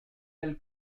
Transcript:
del